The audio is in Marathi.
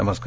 नमस्कार